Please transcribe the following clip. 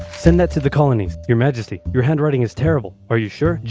send that to the colonies. your majesty, your handwriting is terrible. are you sure?